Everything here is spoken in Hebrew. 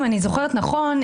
אם אני זוכרת נכון,